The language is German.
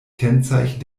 kennzeichen